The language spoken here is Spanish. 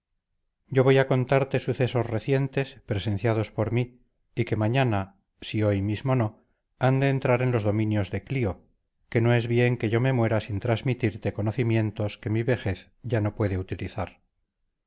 yo voy a contarte sucesos recientes presenciados por mí y que mañana si hoy mismo no han de entrar en los dominios de clío que no es bien que yo me muera sin transmitirte conocimientos que mi vejez ya no puede utilizar